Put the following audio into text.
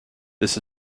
this